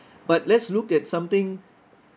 but let's look at something